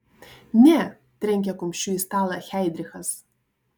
ne trenkė kumščiu į stalą heidrichas